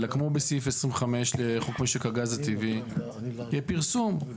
אלא כמו בסעיף 25 לחוק משק הגז הטבעי, יהיה פרסום.